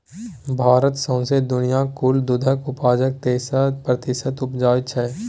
भारत सौंसे दुनियाँक कुल दुधक उपजाक तेइस प्रतिशत उपजाबै छै